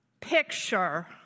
picture